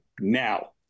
now